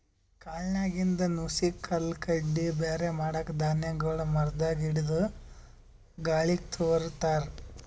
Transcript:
ಕಾಳ್ನಾಗಿಂದ್ ನುಸಿ ಕಲ್ಲ್ ಕಡ್ಡಿ ಬ್ಯಾರೆ ಮಾಡಕ್ಕ್ ಧಾನ್ಯಗೊಳ್ ಮರದಾಗ್ ಹಿಡದು ಗಾಳಿಗ್ ತೂರ ತಾರ್